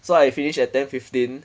so I finish at ten fifteen